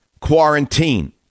quarantine